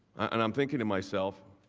and um thinking to myself.